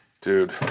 Dude